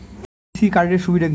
KCC card এর সুবিধা কি?